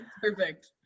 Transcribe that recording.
Perfect